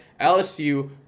LSU